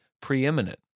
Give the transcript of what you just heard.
preeminent